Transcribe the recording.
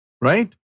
Right